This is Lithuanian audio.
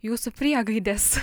jūsų priegaidės